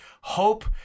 hope